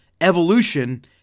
Evolution